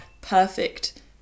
perfect